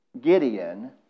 Gideon